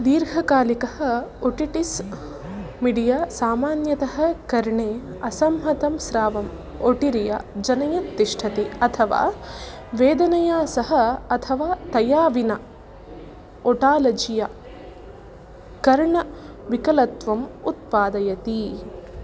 दीर्घकालिकः otitis media सामान्यतः कर्णे असम्हतं श्रावम् ओटोरिया जनयत् तिष्ठति अथवा वेदनया सह अथवा तया विना ओटालजिया कर्णविकलत्वम् उत्पादयति